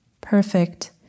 Perfect